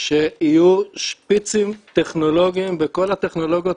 שיהיו שפיצים טכנולוגיים בכל הטכנולוגיות